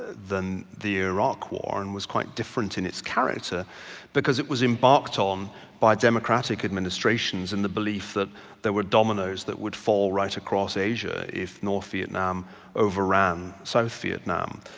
than the iraq war and was quite different in its character because it was embarked on by democratic administrations and the belief that there were dominos that would fall right across asia if north vietnam overran south vietnam.